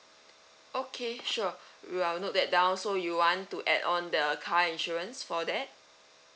okay sure we'll note that down so you want to add on the car insurance for that